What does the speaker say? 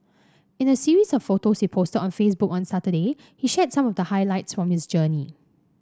in a series of photos he posted on Facebook on Saturday he shared some of the highlights from his journey